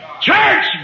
Church